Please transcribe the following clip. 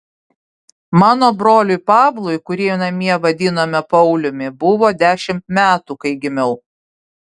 mano broliui pavlui kurį namie vadinome pauliumi buvo dešimt metų kai gimiau